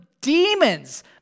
demons